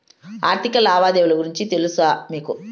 ఆర్థిక లావాదేవీల గురించి తెలుసా మీకు